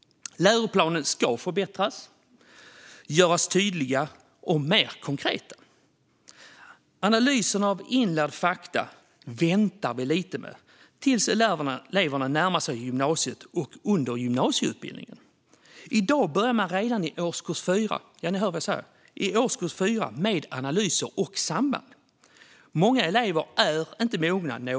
Läroplanerna ska förbättras och göras tydliga och mer konkreta. Analyserna av inlärda fakta väntar vi lite med, tills eleverna närmar sig gymnasiet och under gymnasieutbildningen. I dag börjar man redan i årskurs 4 - ja, ni hör vad jag säger, i årskurs 4! - med analyser och samband. Många elever är inte mogna för detta.